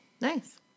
Nice